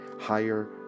higher